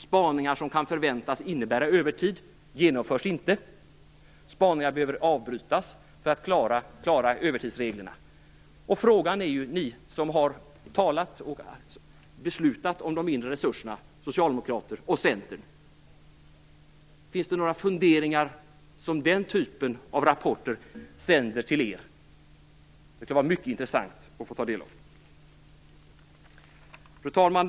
Spaningar som kan förväntas innebära övertid genomförs inte. Spaningar får avbrytas för att klara övertidsreglerna. Ni som har beslutat om de mindre resurserna, socialdemokrater och centerpartister - sänder den typen av rapporter några funderingar till er? Det skulle vara mycket intressant att få ta del av. Fru talman!